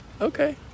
Okay